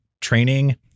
training